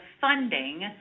funding